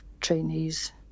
trainees